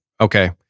okay